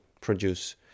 produce